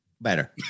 better